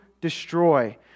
destroy